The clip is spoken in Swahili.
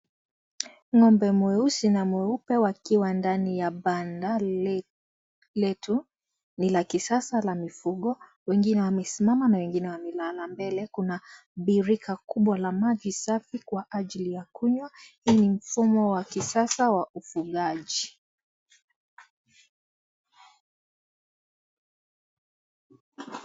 Ngombe mweusi na mweupe wakiwa ndani ya banda letu, ni la kisasa la migugo wengine wamesimama na wengine wamelala, mbele kuna birika kubwa la maji safi Kwa ajili ya kunywa hii ni mfumo wa kisasa Kwa wafugaji.